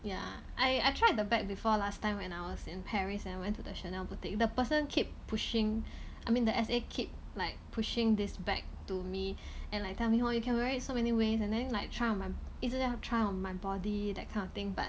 yeah I I tried the bag before last time when I was in paris and went to the Chanel boutique the person keep pushing I mean the S_A keep like pushing this bag to me and tell me oh you can wear it so many ways and then like try on my b~ 一直要 try on my body that kind of thing but